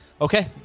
Okay